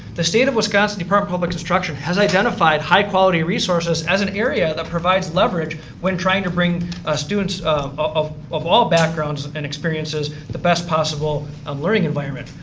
the state of wisconsin department of public instruction has identified high quality resources as an area that provides leverage when trying to bring students of of all backgrounds and experiences the best possible um learning environment.